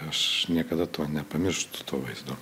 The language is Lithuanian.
aš niekada to nepamirštu to vaizdo